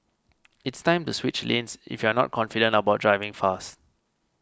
it's time to switch lanes if you're not confident about driving fast